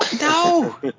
No